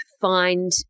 find